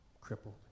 crippled